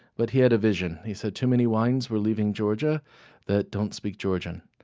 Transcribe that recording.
but he had a vision. he said too many wines were leaving georgia that don't speak georgian.